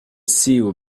seal